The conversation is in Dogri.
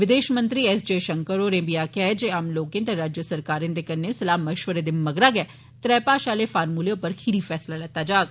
विदेश मंत्री एस जे शंकर होरें बी आक्खेआ ऐ जे आम लोकें ते राज्य सरकारें दे कन्नै सलाह मिश्वरे दे मगरा गै त्रै भाषा आले फार्मूले उप्पर खीरी फैसला लैता जाग